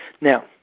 now